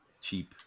cheap